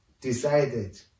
decided